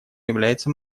является